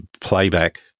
playback